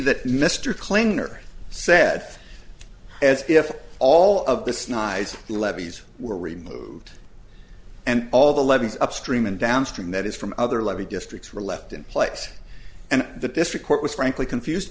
that mr klinger said as if all of this nice levees were removed and all the levees upstream and downstream that is from other levee districts were left in place and the district court was frankly confused